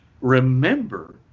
remember